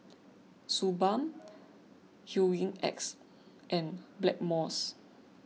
Suu Balm Hygin X and Blackmores